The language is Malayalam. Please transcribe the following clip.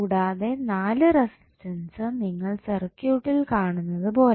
കൂടാതെ 4 റെസിസ്റ്റൻസ് നിങ്ങൾ സർക്യൂട്ടിൽ കാണുന്നതുപോലെ